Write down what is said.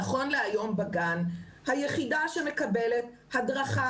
נכון להיום היחידה בגן שמקבלת הדרכה